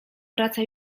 wraca